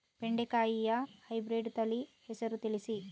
ಬೆಂಡೆಕಾಯಿಯ ಹೈಬ್ರಿಡ್ ತಳಿ ಹೆಸರು ತಿಳಿಸಿ?